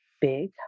big